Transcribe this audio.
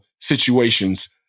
situation's